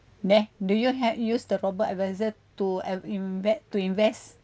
next do you had use the robo advisor to uh inve~ to invest